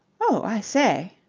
oh, i say!